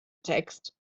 text